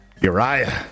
Uriah